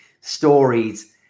stories